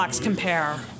compare